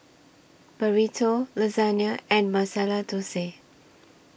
Burrito Lasagne and Masala Dosa